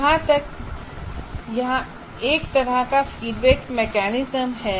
यहां एक तरह का फीडबैक मैकेनिज्म है